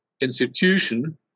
institution